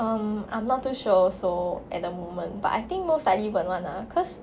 um I'm not too sure also at the moment but I think most likely won't [one] lah cause